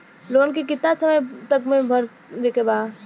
Loan के कितना समय तक मे भरे के बा?